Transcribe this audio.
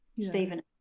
Stephen